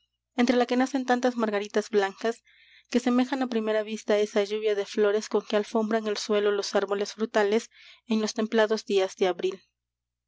entre la que nacen tantas margaritas blancas que semejan á primera vista esa lluvia de flores con que alfombran el suelo los árboles frutales en los templados días de abril